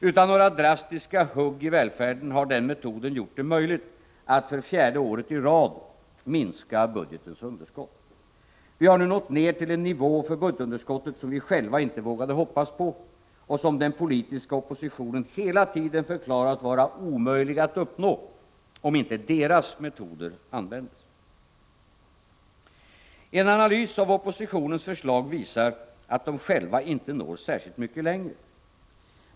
Utan några drastiska hugg i välfärden har den metoden gjort det möjligt att för fjärde året i rad minska budgetens underskott. Vi har nu nått ner till en nivå för budgetunderskottet som vi själva inte vågade hoppas på — och som den politiska oppositionen hela tiden förklarat vara omöjlig att uppnå, om inte deras metoder användes. En analys av oppositionens förslag visar att de själva inte når särskilt mycket längre.